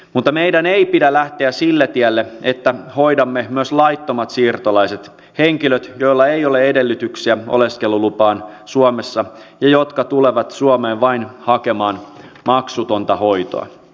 mutta meidän ei pidä lähteä sille tielle että hoidamme myös laittomat siirtolaiset henkilöt joilla ei ole edellytyksiä oleskelulupaan suomessa ja jotka tulevat suomeen vain hakemaan maksutonta hoitoa